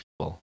people